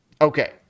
Okay